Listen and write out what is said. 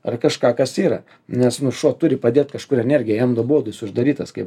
ar kažką kas yra nes nu šuo turi padėt kažkur energija jam nuobodu jis uždarytas kaip